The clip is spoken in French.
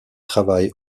travail